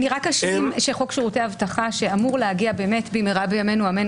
אני רק אשלים ואומר שחוק שירותי אבטחה אמור להגיע במהרה בימינו אמן,